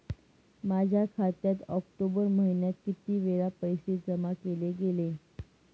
माझ्या खात्यात ऑक्टोबर महिन्यात किती वेळा पैसे जमा केले गेले?